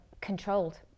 controlled